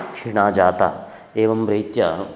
क्षीणा जाता एवं रीत्या